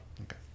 Okay